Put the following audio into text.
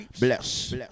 bless